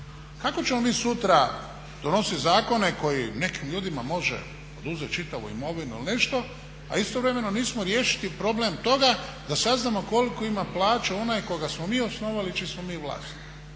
Kako ćemo mi sutra donositi zakone kojim nekim ljudima mogu oduzeti čitavu imovinu ili nešto, a istovremeno nismo riješili problem toga da saznamo koliku ima plaću onaj koga smo mi osnovali i čiji smo mi vlasnik.